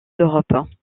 d’europe